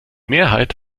mehrheit